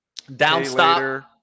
Downstop